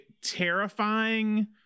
terrifying